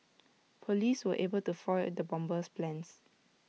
Police were able to foil the bomber's plans